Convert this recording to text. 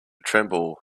tremble